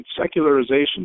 secularization